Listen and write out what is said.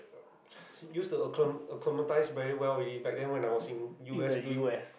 use the acclimat~ acclimatise very well already back then I was in U_S doing